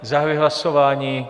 Zahajuji hlasování.